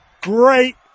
Great